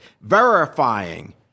verifying